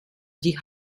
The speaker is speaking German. die